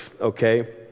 okay